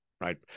right